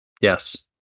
Yes